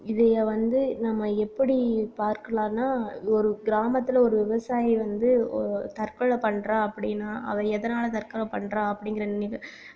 இதையே வந்து நம்ம எப்படி பார்க்கலாம்னா ஒரு கிராமத்தில் ஒரு விவசாயி வந்து தற்கொலை பண்ணுறான் அப்படின்னா அவன் எதனால் தற்கொலை பண்ணுறான் அப்படிங்கிற